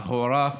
אך הוארך